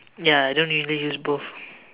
ya I don't usually use both